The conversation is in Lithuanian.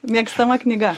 mėgstama knyga